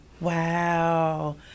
Wow